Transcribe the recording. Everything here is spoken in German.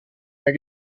mehr